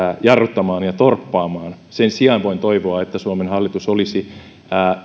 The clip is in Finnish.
jarruttamaan ja torppaamaan sen sijaan voin toivoa että suomen hallitus olisi